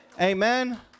Amen